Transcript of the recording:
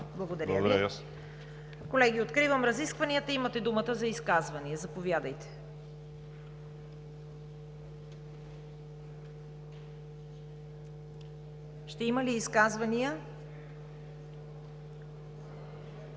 КАРАЯНЧЕВА: Колеги, откривам разискванията. Имате думата за изказвания. Заповядайте. Ще има ли изказвания?